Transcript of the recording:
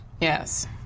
Yes